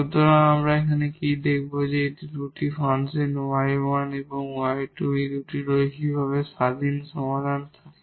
সুতরাং আমরা এখানে কি দেখাব যে যদি আমাদের দুটি সমাধান 𝑦1 𝑦2 এবং দুটি লিনিয়ারভাবে ইন্ডিপেন্ডেট সমাধান থাকে